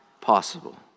possible